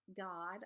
God